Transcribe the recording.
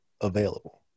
available